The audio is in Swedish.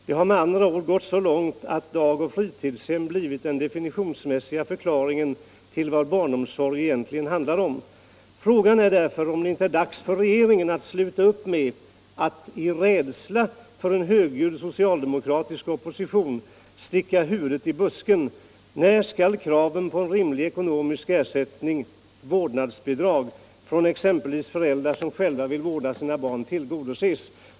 Det har med andra ord gått så långt att dagoch fritidshem blivit den definitionsmässiga förklaringen till vad barnomsorg egentligen handlar om. Frågan är därför om det inte är dags för regeringen att sluta upp med att — i rädsla för en högljudd socialdemokratisk opposition — sticka huvudet i busken. När skall kraven på rimlig ekonomisk ersättning — vårdnadsbidrag — från exempelvis föräldrar som själva vill vårda sina barn tillgodoses?